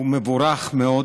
הוא מבורך מאוד.